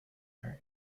are